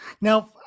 Now